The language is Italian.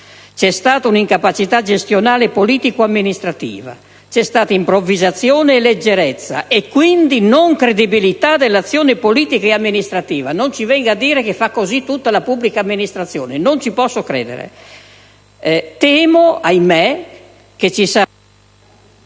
C'è stata un'incapacità gestionale politico‑amministrativa. C'è stata improvvisazione e leggerezza, e quindi mancanza di credibilità dell'azione politica e amministrativa. Non ci venga a dire che agisce in questo modo tutta la pubblica amministrazione: non ci posso credere. Temo - ahimè - che già da